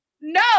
No